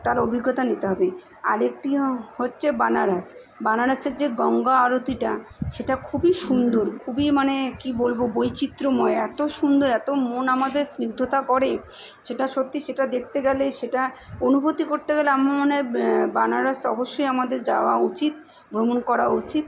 তার অভিজ্ঞতা নিতে হবে আরেকটি হচ্ছে বেনারস বেনারসের যে গঙ্গা আরতিটা সেটা খুবই সুন্দর খুবই মানে কী বলব বৈচিত্র্যময় এত সুন্দর এত মন আমাদের স্নিগ্ধতা করে সেটা সত্যি সেটা দেখতে গেলে সেটা অনুভূতি করতে গেলে আমার মনে হয় বেনারস অবশ্যই আমাদের যাওয়া উচিত ভ্রমণ করা উচিত